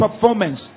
performance